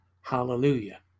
Hallelujah